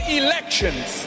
elections